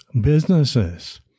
businesses